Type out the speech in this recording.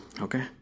Okay